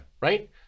Right